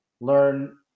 learn